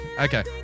Okay